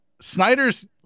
snyder's